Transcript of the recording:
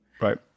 Right